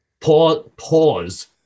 Pause